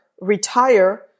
retire